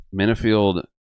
Minifield